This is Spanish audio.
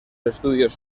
estudios